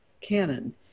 canon